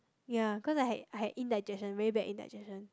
ya cause I had I had indigestion very bad indigestion